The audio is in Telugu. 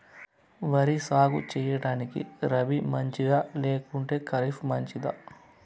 వరి సాగు సేయడానికి రబి మంచిదా లేకుంటే ఖరీఫ్ మంచిదా